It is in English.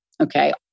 Okay